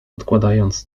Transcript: odkładając